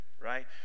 right